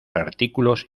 artículos